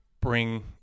bring